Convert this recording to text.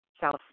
south